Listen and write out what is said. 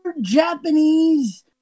Japanese